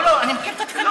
לא לא, אני מכיר את התקנון.